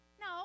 No